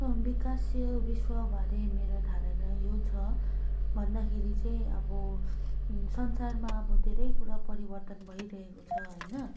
विकासशील विश्वबारे मेरो धारणा यो छ भन्दाखेरि चाहिँ अब संसारमा अब धेरै कुरा परिवर्तन भइरहेको छ होइन